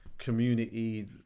community